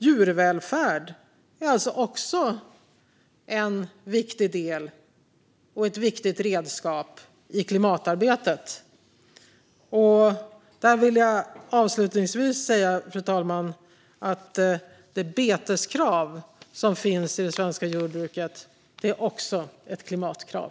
Djurvälfärd är alltså också ett viktigt redskap i klimatarbetet. Avslutningsvis, fru talman, vill jag säga att det beteskrav som finns i det svenska jordbruket också är ett klimatkrav.